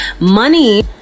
money